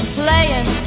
playing